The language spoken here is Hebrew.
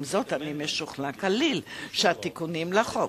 אני משוכנע לחלוטין שהתיקונים לחוק